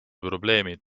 probleemid